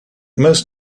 most